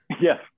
Yes